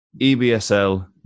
EBSL